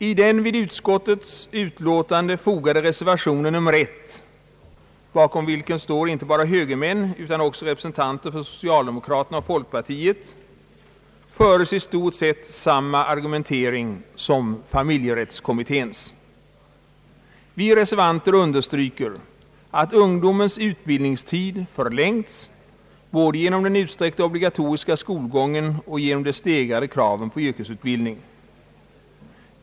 I den vid utskottets utlåtande fogade reservationen nr 1, bakom vilken står inte bara högermän, utan också representanter för socialdemokraterna och folkpartiet, föres i stort sett samma argumentering som familjerättskommitténs. Vi reservanter understryker att ungdomens utbildningstid förlängts, både genom den utsträckta obligatoriska skolgången och genom de stegrade kraven på yrkesutbildning.